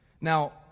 Now